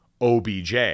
OBJ